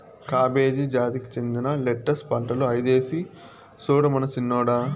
cabbage జాతికి చెందిన lettuce పంటలు ఐదేసి సూడమను సిన్నోడా